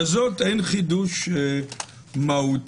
בזאת אין חידוש מהותי.